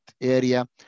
area